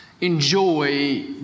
enjoy